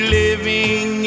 living